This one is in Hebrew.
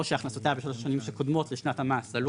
או שהכנסותיה בשלוש השנים שקודמות לשנת המס עלו